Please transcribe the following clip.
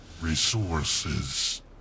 resources